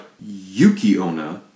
Yuki-Ona